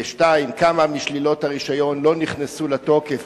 2. כמה משלילות הרשיון לא נכנסו לתוקף